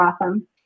awesome